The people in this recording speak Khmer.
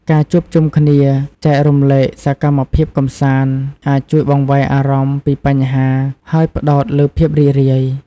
ការជួបជុំគ្នា ចែករំលែកសកម្មភាពកម្សាន្ត អាចជួយបង្វែរអារម្មណ៍ពីបញ្ហា ហើយផ្តោតលើភាពរីករាយ។